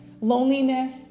loneliness